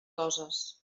coses